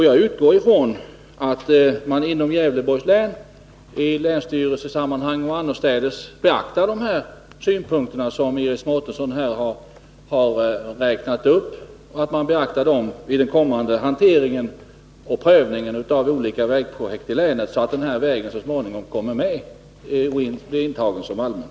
Jag utgår från att länsstyrelsen i Gävleborgs län vid den kommande hanteringen och prövningen av olika vägprojekt i länet beaktar de synpunkter som Iris Mårtensson här har framfört, så att denna väg så småningom tas in bland allmänna vägar.